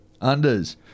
unders